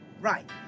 Right